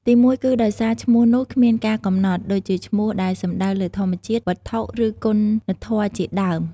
ទីមួយគឺដោយសារឈ្មោះនោះគ្មានការកំណត់ ដូចជាឈ្មោះដែលសំដៅលើធម្មជាតិ វត្ថុ ឬ គុណធម៌ជាដើម។